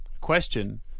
question